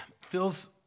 feels